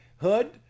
hood